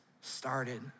started